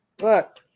Look